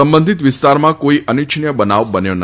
સંબંધીત વિસ્તારમાં કોઈ અનિચ્છનિય બનાવ બન્યો નથી